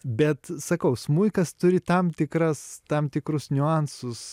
bet sakau smuikas turi tam tikras tam tikrus niuansus